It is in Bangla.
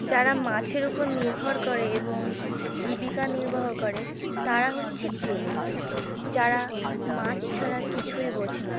যারা মাছের ওপর নির্ভর করে এবং জীবিকা নির্বাহ করে তারা হচ্ছে জেলে যারা মাছ ছাড়া কিছুই বোঝে না